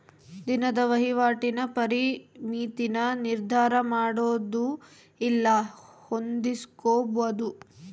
ದಿನದ ವಹಿವಾಟಿನ ಪರಿಮಿತಿನ ನಿರ್ಧರಮಾಡೊದು ಇಲ್ಲ ಹೊಂದಿಸ್ಕೊಂಬದು